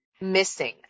missing